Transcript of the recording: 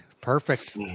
Perfect